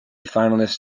finalist